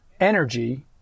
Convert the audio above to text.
energy